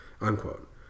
unquote